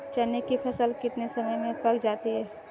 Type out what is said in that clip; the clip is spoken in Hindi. चने की फसल कितने समय में पक जाती है?